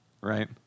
right